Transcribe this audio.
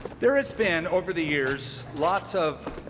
there has been over the years lots of